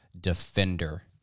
defender